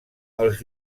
els